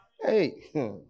Hey